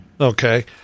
Okay